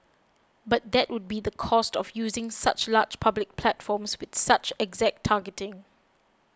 but that would be the cost of using such large public platforms with such exact targeting